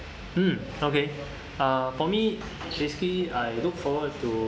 um okay uh for me seriously I look forward to